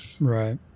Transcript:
right